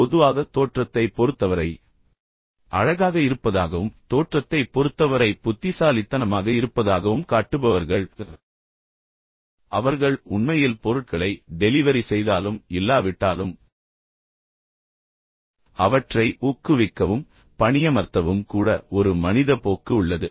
எனவே பொதுவாக தோற்றத்தைப் பொறுத்தவரை அழகாக இருப்பதாகவும் தோற்றத்தைப் பொறுத்தவரை புத்திசாலித்தனமாக இருப்பதாகவும் காட்டுபவர்கள் அவர்கள் உண்மையில் பொருட்களை டெலிவரி செய்தாலும் இல்லாவிட்டாலும் அவற்றை ஊக்குவிக்கவும் பணியமர்த்தவும் கூட ஒரு மனித போக்கு உள்ளது